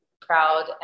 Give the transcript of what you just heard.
proud